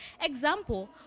example